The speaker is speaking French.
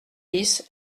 dix